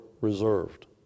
reserved